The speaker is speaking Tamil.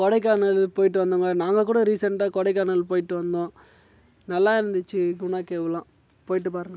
கொடைக்கானல் போயிவிட்டு வந்தவங்க நாங்கள் கூட ரீசண்ட்டாக கொடைக்கானல் போயிவிட்டு வந்தோம் நல்லா இருந்துச்சு குணாகேவுலாம் போயிட்டு பாருங்கள்